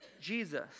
Jesus